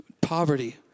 Poverty